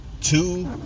Two